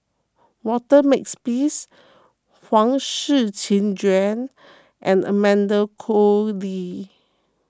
Walter Makepeace Huang Shiqi Joan and Amanda Koe Lee